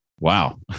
Wow